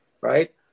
right